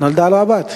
נולדה לו בת.